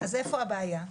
אז איפה הבעיה?